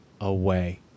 away